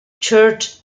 church